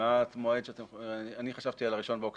אני חשבתי על ה-1 באוקטובר.